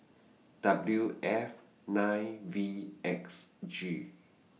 W F nine V X G